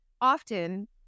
often